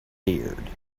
beard